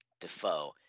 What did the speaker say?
Defoe